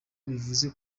bivuze